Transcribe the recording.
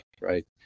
right